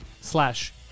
slash